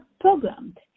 programmed